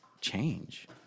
change